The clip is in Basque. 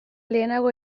lehenago